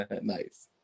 Nice